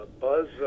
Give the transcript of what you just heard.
Buzz